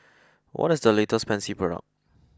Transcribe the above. what is the latest Pansy product